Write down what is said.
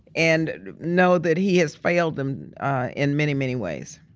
and and know that he has failed them in many, many ways.